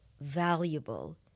valuable